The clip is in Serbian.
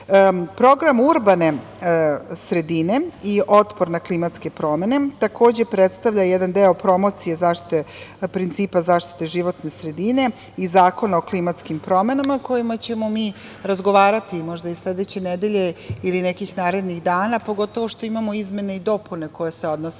godine. Program urbane sredine i otpor na klimatske promene, takođe, predstavlja jedan deo promocije principa zaštite životne sredine i Zakona o klimatskim promenama o kojima ćemo mi razgovarati, možda i sledeće nedelje, ili nekih narednih dana, pogotovo što imamo izmene i dopune koje se odnose